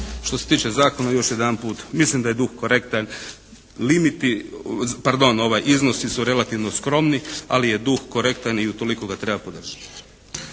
Što se tiče zakona, još jedanput mislim da je duh korektan. Limiti pardon iznosi su relativno skromni ali je duh korektan i utoliko ga treba podržati.